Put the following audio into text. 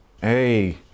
Hey